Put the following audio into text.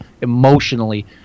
emotionally